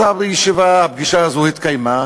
אז הפגישה הזאת התקיימה.